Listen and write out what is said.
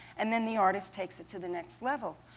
and then the artist takes it to the next level.